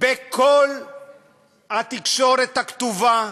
בכל התקשורת הכתובה,